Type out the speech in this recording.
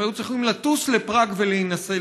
הם היו צריכים לטוס לפראג ולהינשא,